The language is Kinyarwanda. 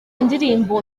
indirimbo